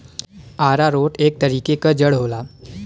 आरारोट एक तरीके क जड़ होला